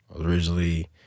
originally